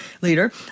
later